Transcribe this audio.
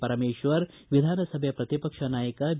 ಪರಮೇಶ್ವರ್ ವಿಧಾನಸಭೆ ಪ್ರತಿಪಕ್ಷ ನಾಯಕ ಬಿ